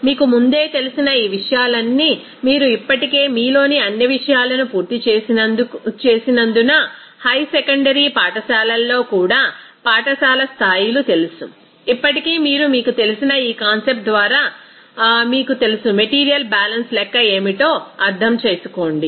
కాబట్టి మీకు ముందే తెలిసిన ఈ విషయాలన్నీ మీరు ఇప్పటికే మీలోని అన్ని విషయాలను పూర్తి చేసినందున హై సెకండరీ పాఠశాలల్లో కూడా పాఠశాల స్థాయిలు తెలుసు ఇప్పటికీ మీరు మీకు తెలిసిన ఈ కాన్సెప్ట్ ద్వారా మీకు తెలుసు మెటీరీయల్ బ్యాలెన్స్ లెక్క ఏమిటో అర్థం చేసుకోండి